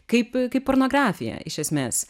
kaip kaip pornografija iš esmės